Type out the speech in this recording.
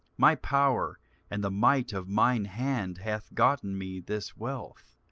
my power and the might of mine hand hath gotten me this wealth.